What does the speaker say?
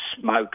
smoke